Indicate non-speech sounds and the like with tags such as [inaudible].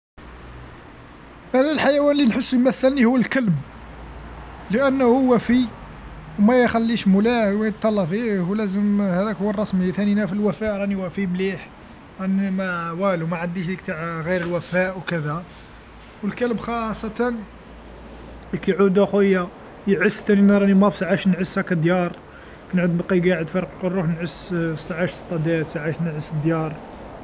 أنا الحيوان لي نحسو يمثلني هو الكلب لأنه وفي وما يخليش مولاه ويتهلى فيه ولازم هذاك هو الرسمي ثاني نا في الوفاء راني وفي مليح راني ما [hesitation] والو ما عنديشي ذيك تاع غير الوفاء وكذا والكلب خاصة اللي كيعودو اخويا يعس ثاني نا رانيموالف نعس ساعات هاكا ديار [unintelligible] قاعد فرق نروح نعس ساعات سيتادير ساعات نعس ديار.